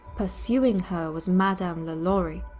pursing her was madame lalaurie,